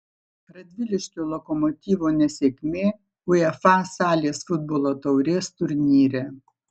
radviliškio lokomotyvo nesėkmė uefa salės futbolo taurės turnyre